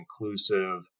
inclusive